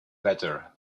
better